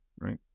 right